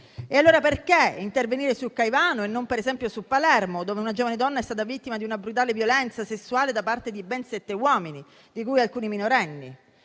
Allora perché intervenire su Caivano e non, per esempio, su Palermo, dove una giovane donna è stata vittima di una brutale violenza sessuale da parte di ben sette uomini, alcuni dei quali minorenni?